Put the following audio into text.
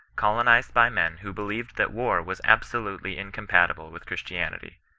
colonized by men who believed that war was absolutely incompatible with christianity,